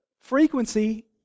Frequency